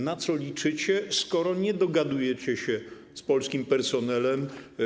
Na co liczycie, skoro nie dogadujecie się z polskim personelem?